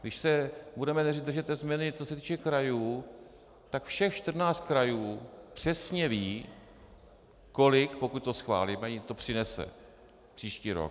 Když se budeme držet té změny, co se týče krajů, tak všech 14 krajů přesně ví, kolik, pokud to schválíme, jim to přinese příští rok.